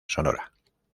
sonora